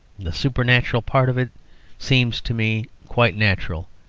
the supernatural part of it seems to me quite natural.